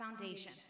foundation